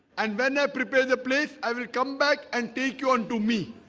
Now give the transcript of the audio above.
and when i prepare the place, i will come back and take you unto me